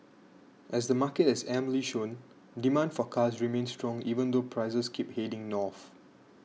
as the market has amply shown demand for cars remains strong even though prices keep heading north